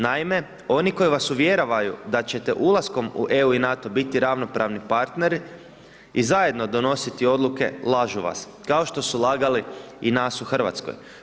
Naime oni koji vas uvjeravaju da ćete ulaskom u EU i NATO biti ravnopravni partneri i zajedno donositi odluke lažu vas kao što su lagali i nas u Hrvatskoj.